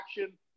action